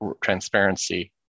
transparency